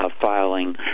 Filing